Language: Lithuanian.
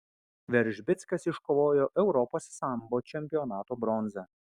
veržbickas iškovojo europos sambo čempionato bronzą